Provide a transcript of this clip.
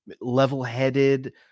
level-headed